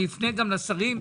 אני אפנה גם לשרים.